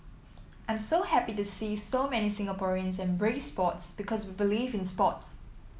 I'm so happy to see so many Singaporeans embrace sports because we believe in sport